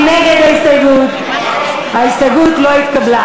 ההסתייגות לא התקבלה.